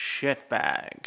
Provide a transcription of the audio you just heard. shitbag